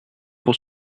pour